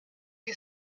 que